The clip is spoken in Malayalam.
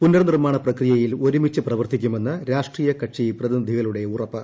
പുനർ നിർമ്മാണ പ്രക്രിയയിൽ ഒരുമിച്ച് പ്രവർത്തിക്കുമെന്ന് രാഷ്ട്രീയകക്ഷി പ്രതിനിധികളുടെ ഉറപ്പ്